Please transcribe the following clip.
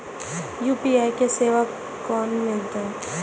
UPI के सेवा केना मिलत?